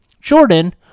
Jordan